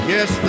Yes